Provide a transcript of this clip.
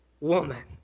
woman